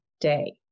day